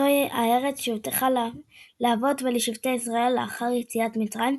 זוהי הארץ שהובטחה לאבות ולשבטי ישראל לאחר יציאת מצרים,